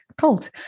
cold